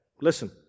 Listen